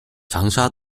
长沙